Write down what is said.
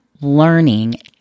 learning